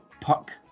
Puck